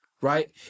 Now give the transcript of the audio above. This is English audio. right